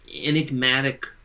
enigmatic